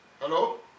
Hello